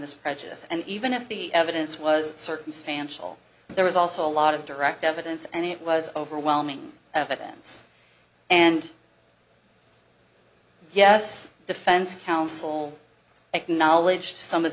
this prejudice and even if the evidence was circumstantial there was also a lot of direct evidence and it was overwhelming evidence and yes defense counsel acknowledged some of